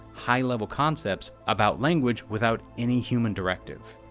high level concepts about language without any human directive.